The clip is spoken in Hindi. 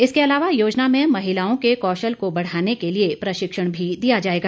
इसके आलवा योजना में महिलाओं के कौशल को बढ़ाने के लिए प्रशिक्षिण भी दिया जाएगा